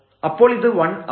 അപ്പോൾ ഇത് 1 ആണ്